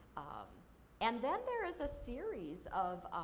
and then there is a series of.